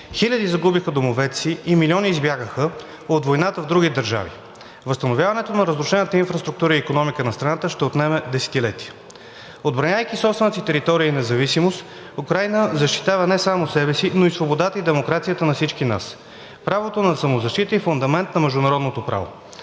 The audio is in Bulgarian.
хиляди загубиха домовете си и милиони избягаха от войната в други държави. Възстановяването на разрушената инфраструктура и икономика на страната ще отнеме десетилетие. Отбранявайки собствената си територия и независимост, Украйна защитава не само себе си, но и свободата и демокрацията на всички нас – правото на самозащита, което е фундамент на международното право.